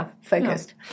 focused